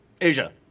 Asia